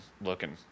looking